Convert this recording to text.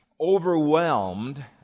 overwhelmed